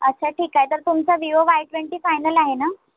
अच्छा ठीक आहे तर तुमचा विवो वाय ट्वेंटी फायनल आहे ना